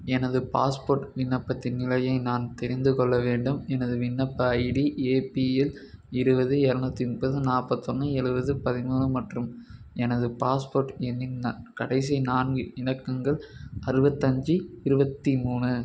எனது பாஸ்போர்ட் விண்ணப்பத்தின் நிலையை நான் தெரிந்து கொள்ள வேண்டும் எனது விண்ணப்ப ஐடி ஏபிஎல் இருபது இரநூத்தி முப்பது நாப்பத்தொன்று எழுவது பதிமூணு மற்றும் எனது பாஸ்போர்ட் எண்ணின் ந கடைசி நான்கு இலக்கங்கள் அறுவத்தஞ்சு இருபத்தி மூணு